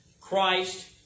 Christ